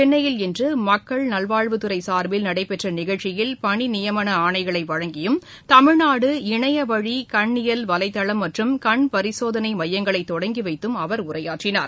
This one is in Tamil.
சென்னையில் இன்றுமக்கள் நல்வாழ்வுத்துறைசாா்பில் நடைபெற்றநிகழ்ச்சியில் பணிநியமனஆணைகளைவழங்கியும் தமிழ்நாடு இணையவழிகண் இயல் வலைதளம் மற்றம் கண் பரிசோதனைமையங்களைதொடங்கிவைத்தும் அவர் உரையாற்றினார்